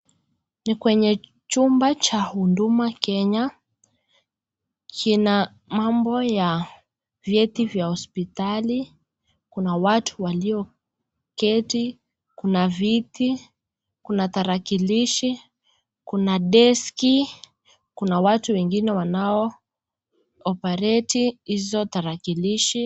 Ni kwenye chumba cha huduma Kenya kina mambo ya vyeti vya hospitali. Kuna watu walioketi ,kuna viti, kuna tarakilishi, kuna daski, kuna watu wengine wanao operate hizo tarakilishi.